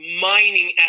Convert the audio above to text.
mining